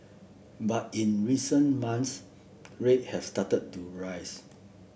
but in recent months rate have started to rise